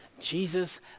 Jesus